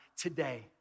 today